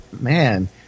man –